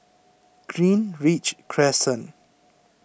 Greenridge Crescent